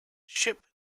ship